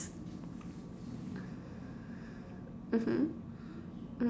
mmhmm